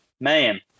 man